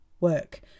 work